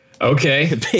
Okay